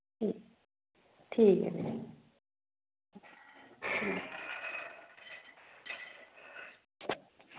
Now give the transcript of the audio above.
ठीक ऐ जी